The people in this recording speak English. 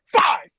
Five